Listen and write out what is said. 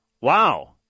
Wow